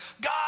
God